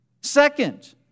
Second